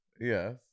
Yes